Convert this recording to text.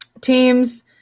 teams